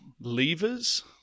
levers